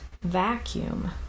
vacuum